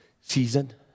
season